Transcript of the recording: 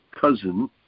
cousin